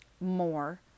more